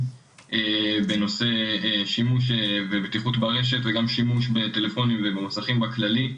בנושא שימוש ובטיחות ברשת וגם שימוש בטלפונים ובמסכים באופן כללי,